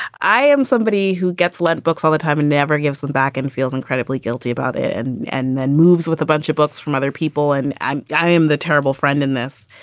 i am somebody who gets lent books all the time and never gives them back and feels incredibly guilty about it and and then moves with a bunch of books from other people. and i am the terrible friend in this.